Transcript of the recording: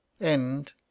End